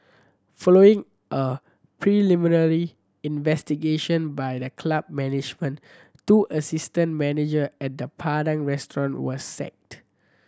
following a preliminary investigation by the club management two assistant manager at the Padang Restaurant were sacked